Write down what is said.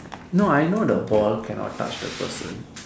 no I know the ball cannot touch the person